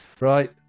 right